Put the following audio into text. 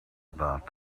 about